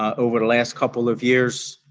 over the last couple of years,